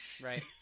Right